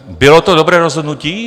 Bylo to dobré rozhodnutí?